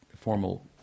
formal